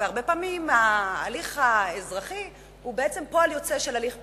והרבה פעמים ההליך האזרחי הוא בעצם פועל יוצא של הליך פלילי,